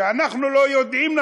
אנחנו לא יודעים,